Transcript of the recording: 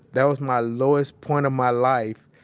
that was my lowest point of my life,